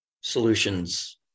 solutions